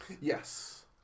Yes